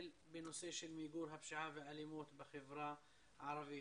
בנושא של מיגור הפשיעה והאלימות בחברה הערבית.